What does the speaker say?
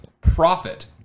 profit